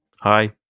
Hi